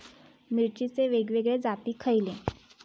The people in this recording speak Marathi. मिरचीचे वेगवेगळे जाती खयले?